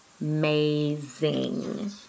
amazing